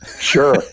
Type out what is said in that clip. Sure